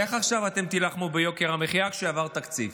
איך תילחמו עכשיו ביוקר המחיה כשעבר תקציב?